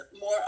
more